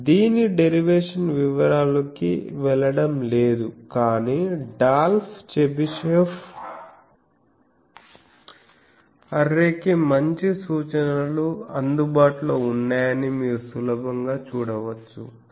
కాబట్టి దీని డెరివేషన్ వివరాలలోకి వెళ్ళడం లేదు కానీ డాల్ఫ్ చెబిషెవ్ అర్రే కి మంచి సూచనలు అందుబాటులో ఉన్నాయని మీరు సులభంగా చూడవచ్చు